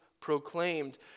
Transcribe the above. proclaimed